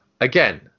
again